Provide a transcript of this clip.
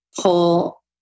pull